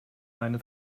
eine